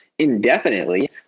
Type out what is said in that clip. indefinitely